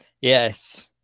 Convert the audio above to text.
yes